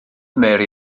mary